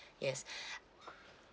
yes